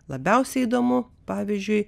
labiausiai įdomu pavyzdžiui